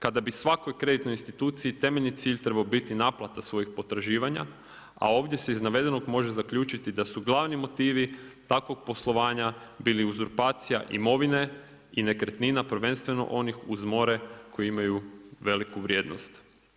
Kada bi svakoj kreditnoj instituciji temeljni cilj trebao biti naplata svojih potraživanja a ovdje se iz navedenog može zaključiti da su glavni motivi takvog poslovanja bili uzurpacija imovine i nekretnina prvenstveno onih uz more koji imaju veliku vrijednost.